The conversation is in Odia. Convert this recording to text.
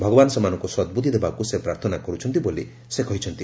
ଭଗବାନ ସେମାନଙ୍କୁ ସଦବୁଦ୍ଧି ଦେବାକୁ ସେ ପ୍ରାର୍ଥନା କରୁଛନ୍ତି ବୋଲି ସେ କହିଛନ୍ତି